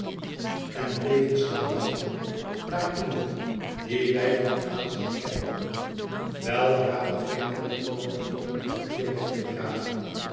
en bleven staan wachten naar iemand dien wij van aanzien kenden weldra begon men met groote hoopen papier weg te dragen